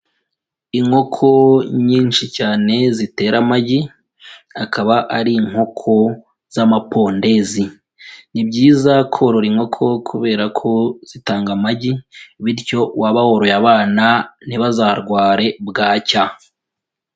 Inkoko nyinshi cyane zitera amagi, akaba ari inkoko z'amapondezi, ni byiza korora inkoko kubera ko zitanga amagi bityo waba woroye abana ntibazarware bwacya.